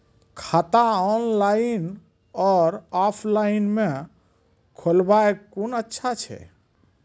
खाता ऑनलाइन और ऑफलाइन म खोलवाय कुन अच्छा छै?